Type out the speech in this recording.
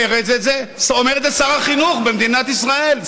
אומר את זה שר החינוך במדינת ישראל,